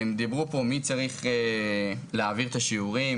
דיברו פה מי צריך להעביר את השיעורים,